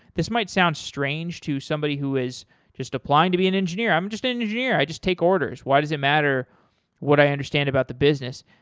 this might sound strange to somebody who is just applying to be an engineer, i'm just an engineer. i just take orders. why does it matter what i understand about the business?